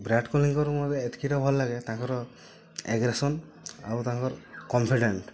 ବିରାଟ କୋହଲିଙ୍କର ମୋର ଏତକିଟା ଭଲ ଲାଗେ ତାଙ୍କର ଆଗ୍ରେସନ୍ ଆଉ ତାଙ୍କର କନ୍ଫିଡ଼େଣ୍ଟ୍